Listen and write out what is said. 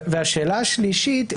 והשאלה השלישית,